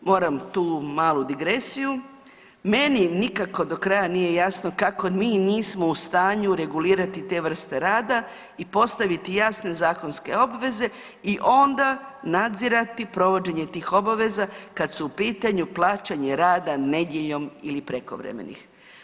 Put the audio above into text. Moram tu malu digresiju meni nikako do kraja nije jasno kako mi nismo u stanju regulirati te vrste rada i postaviti jasne zakonske obveze i onda nadzirati provođenje tih obaveza kad su u pitanju plaćanje rada nedjeljom ili prekovremenih.